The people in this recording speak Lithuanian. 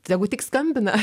tegu tik skambina